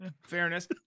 fairness